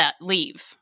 leave